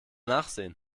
nachsehen